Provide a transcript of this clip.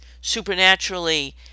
supernaturally